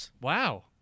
Wow